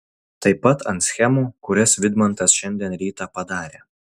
taip pat ant schemų kurias vidmantas šiandien rytą padarė